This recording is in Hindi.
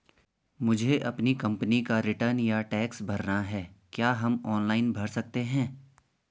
मुझे अपनी कंपनी का रिटर्न या टैक्स भरना है क्या हम ऑनलाइन भर सकते हैं?